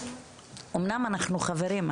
אמנם אנחנו חברים,